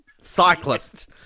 cyclist